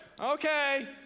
Okay